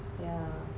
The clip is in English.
yeah